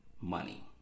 money